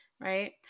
right